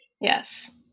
Yes